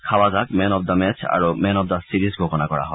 খাৱাজাক man of the match আৰু man of the series ঘোষণা কৰা হয়